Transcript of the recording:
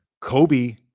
Kobe